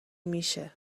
میشه